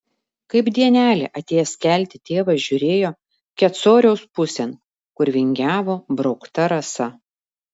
kaip dienelė atėjęs kelti tėvas žiūrėjo kecoriaus pusėn kur vingiavo braukta rasa